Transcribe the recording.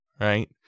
right